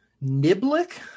Niblick